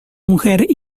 mujer